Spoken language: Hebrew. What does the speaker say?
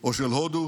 או של הודו